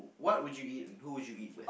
what would you eat and who would you eat with